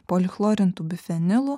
polichlorintų bifenilų